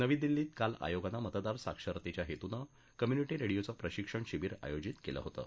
नवी दिल्लीत काल आयोगानं मतदार साक्षरतेच्या हेतूनं कम्युनिटी रेडीओचं प्रशिक्षण शिविर आयोजित केलं होतं